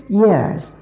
years